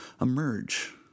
emerge